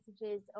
messages